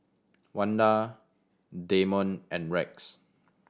Wanda Damon and Rex